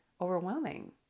overwhelming